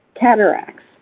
cataracts